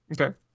Okay